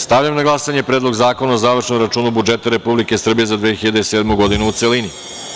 Stavljam na glasanje Predlog zakona o završnom računu budžeta Republike Srbije za 2007. godinu, u celini.